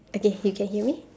okay you can hear me